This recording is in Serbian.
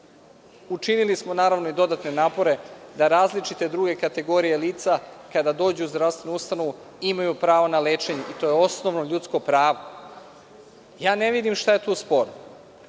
Učinili smo, naravno, i dodatne napore da različite druge kategorije lica kada dođu u zdravstvenu ustanovu imaju pravo na lečenje i to je osnovno ljudsko pravo. Ne vidim šta je sporno.